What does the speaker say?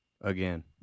again